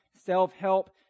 self-help